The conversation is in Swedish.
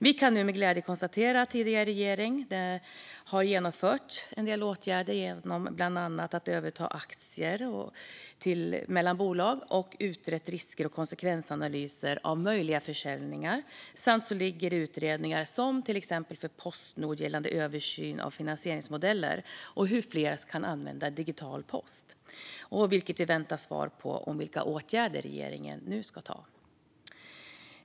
Vi kan nu med glädje konstatera att tidigare regering har genomfört en del åtgärder, bland annat att överta aktier och utreda risker med och göra konsekvensanalyser av möjliga försäljningar. Dessutom pågår utredningar, till exempel för Postnord gällande översyn av finansieringsmodeller och hur fler kan använda digital post, vilka väntas ge svar på vilka åtgärder regeringen nu ska vidta.